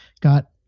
got